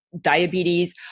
diabetes